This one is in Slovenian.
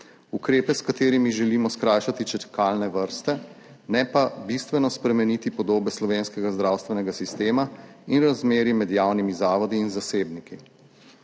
ukrepe, s katerimi želimo skrajšati čakalne vrste, ne pa bistveno spremeniti podobe slovenskega zdravstvenega sistema in razmerij med javnimi zavodi in zasebniki.